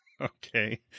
Okay